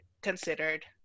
considered